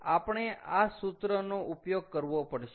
તો આપણે આ સૂત્રનો ઉપયોગ કરવો પડશે